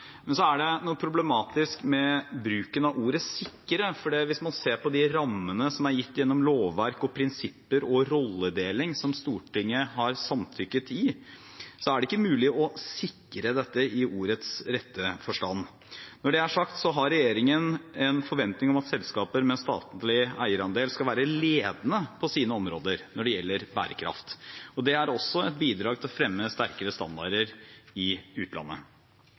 Men så er det noe problematisk med bruken av ordet «sikre». Hvis man ser på de rammene som er gitt gjennom lovverk, prinsipper og rolledeling som Stortinget har samtykket i, er det ikke mulig å sikre dette i ordets rette forstand. Når det er sagt, har regjeringen en forventning om at selskaper med statlig eierandel skal være ledende på sine områder når det gjelder bærekraft. Det er også et bidrag til å fremme sterkere standarder i utlandet.